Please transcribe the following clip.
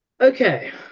Okay